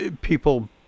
people